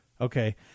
Okay